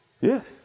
Yes